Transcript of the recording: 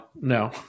no